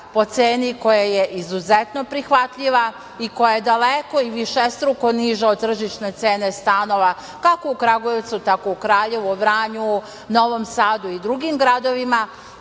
po ceni koja je izuzetno prihvatljiva i koja je daleko i višestruko niža od tržišne cene stanova kao u Kragujevcu, tako u Kraljevu, Vranju, Novom Sadu i drugim gradovima,